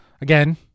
Again